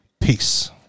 Peace